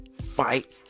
fight